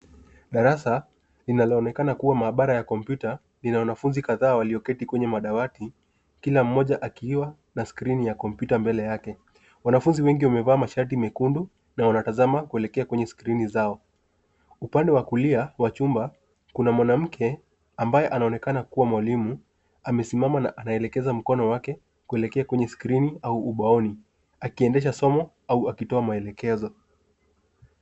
Darasa, linaloonekana kuwa maabara ya kompyuta, lina wanafunzi kadhaa walioketi kwenye madawati, kila mmoja akiwa na skrini ya kompyuta mbele yake. Wanafunzi wengi wamevaa mashati mekundu, na wanatazama kuelekea kwenye skrini zao. Upande wa kulia wa chumba, kuna mwanamke ambaye anaonekana kuwa mwalimu, amesimama na anaelekeza mkono wake, kuelekea kwenye skrini au ubaoni, akiendesha somo au akitoa maelekezo.